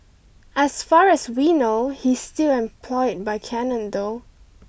as far as we know he's still employed by Canon though